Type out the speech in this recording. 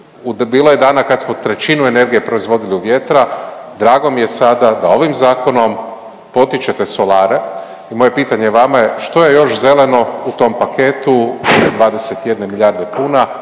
Bilo je dana kada smo trećinu energije proizvodili od vjetra. Drago mi je sada da ovim zakonom potičete solare i moje pitanje vama je što je još zeleno u tom paketu od 21 milijarde kuna,